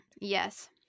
Yes